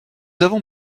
avons